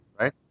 Right